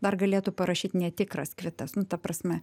dar galėtų parašyt netikras kvitas nu ta prasme